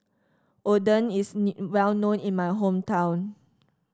oden is well known in my hometown